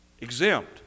exempt